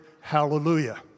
hallelujah